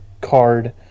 card